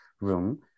room